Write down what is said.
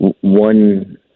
one